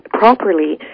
properly